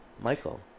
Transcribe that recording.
Michael